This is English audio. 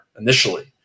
initially